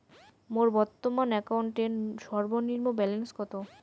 মোর বর্তমান অ্যাকাউন্টের সর্বনিম্ন ব্যালেন্স কত?